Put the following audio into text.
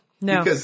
no